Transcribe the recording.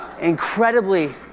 incredibly